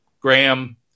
Graham